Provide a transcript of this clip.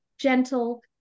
gentle